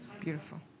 Beautiful